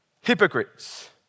hypocrites